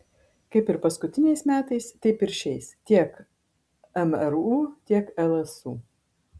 kaip ir paskutiniais metais taip ir šiais tiek mru tiek lsu